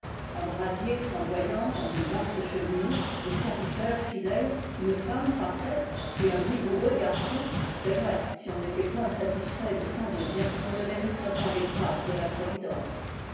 un brasier flamboyant dans une vaste cheminée des serviteurs fidèles une femme parfaite et un vigoureux garçon c'est vrai si on n'était point satisfait de tant de biens on ne mériterait pas les grâces de la providence